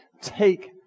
take